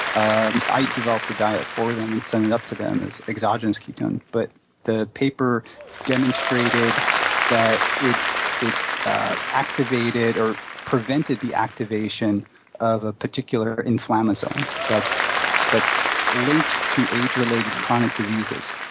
and i developed the diet for them and sent it up to them. it was exogenous ketone. but the paper demonstrated that it it activated or prevented the activation of a particular inflammasome that's that's linked to age-related chronic diseases.